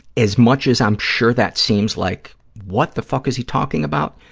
as much as i'm sure that seems like, what the fuck is he talking about,